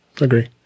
agree